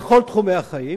בכל תחומי החיים.